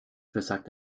besagt